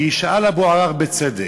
כי שאל אבו עראר בצדק,